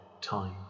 time